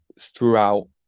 throughout